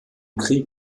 krieg